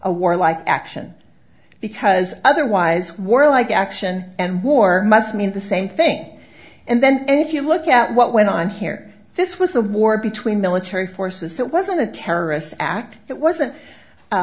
a war like action because otherwise war like action and war must mean the same thing and then if you look at what went on here this was a war between military forces it wasn't a terrorist act it wasn't a